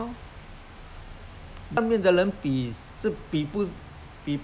让他们有那种那种思想那种心态就说 eh